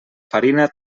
farina